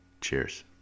cheers